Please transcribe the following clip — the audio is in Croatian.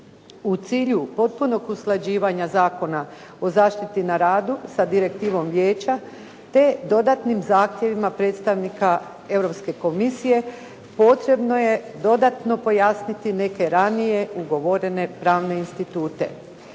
U cilju potpunog usklađivanja Zakona o zaštiti na radu sa Direktivom Vijeća, te dodatnim zahtjevima predstavnika Europske komisije potrebno je dodatno pojasniti neke ranije ugovorene pravne institute,